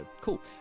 cool